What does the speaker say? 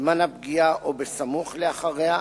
בזמן הפגיעה או סמוך לאחריה,